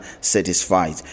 satisfied